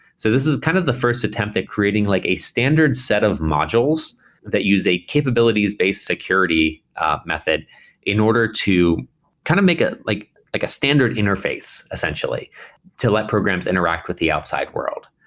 so this is kind of the first attempt at creating like a standard set of modules that use a capabilities-based security method in order to kind of make it like like a standard interface essentially to let programs interact with the outside world.